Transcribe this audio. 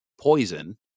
poison